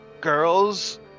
girls